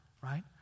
right